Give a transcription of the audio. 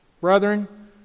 Brethren